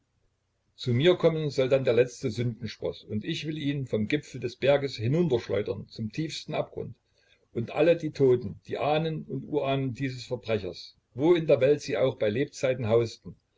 zu mir kommen soll dann der letzte sündensproß und ich will ihn vom gipfel des berges hinunterschleudern zum tiefsten abgrund und alle die toten die ahnen und urahnen dieses verbrechers wo in der welt sie auch bei lebzeiten hausten